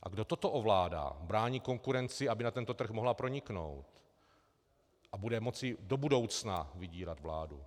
A kdo toto ovládá, brání konkurenci, aby na tento trh mohla proniknout, a bude moci do budoucna vydírat vládu?